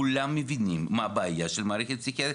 כולם מבינים מה הבעיה של המערכת הפסיכיאטרית,